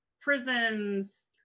prisons